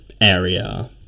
area